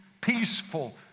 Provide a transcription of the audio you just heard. peaceful